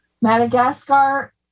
Madagascar